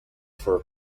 for